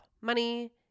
money